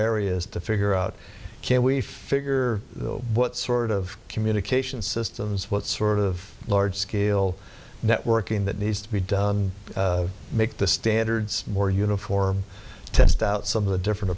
areas to figure out can we figure out what sort of communication systems what sort of large scale networking that needs to be done make the standards more uniform test out some of the different